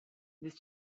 this